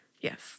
Yes